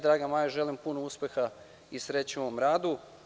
Draga Majo, želim ti puno uspeha i sreće u ovom radu.